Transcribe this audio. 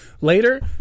later